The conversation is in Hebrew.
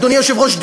אדוני היושב-ראש,